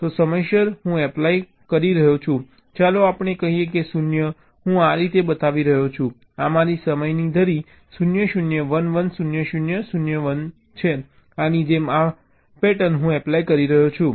તો સમયસર હું એપ્લાય કરી રહ્યો છું ચાલો આપણે કહીએ કે 0 હું આ રીતે બતાવી રહ્યો છું આ મારી સમયની ધરી 0 0 1 1 0 0 0 1 છે આની જેમ આ પેટર્ન હું એપ્લાય કરી રહ્યો છું